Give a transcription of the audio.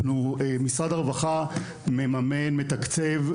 משרד הרווחה מממן, מתקצב,